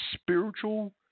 spiritual